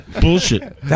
bullshit